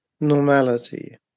normality